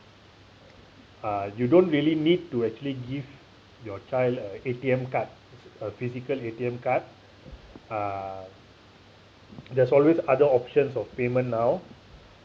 uh you don't really need to actually give your child a A_T_M card a physical A_T_M card uh there's always other options of payment now